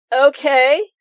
okay